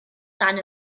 dan